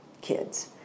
kids